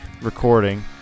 recording